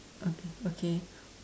okay okay